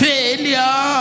Failure